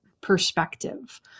perspective